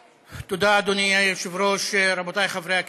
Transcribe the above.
תודה, אדוני היושב-ראש, רבותיי חברי הכנסת,